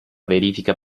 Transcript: verifica